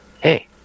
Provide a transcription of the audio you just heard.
hey